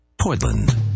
Portland